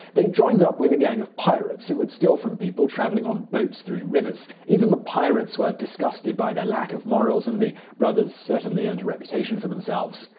they joined up with a gang of pirates who would steal from people traveling on boats through rivers. even the pirates were disgusted by their lack of morals, and the brothers earned a and reputation for themselves.